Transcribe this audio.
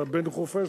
אתה בן חורפיש,